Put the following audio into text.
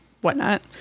whatnot